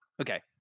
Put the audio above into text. Okay